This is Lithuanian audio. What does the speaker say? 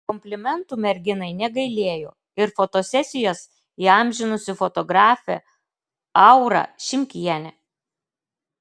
komplimentų merginai negailėjo ir fotosesijas įamžinusi fotografė aura šimkienė